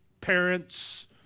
parents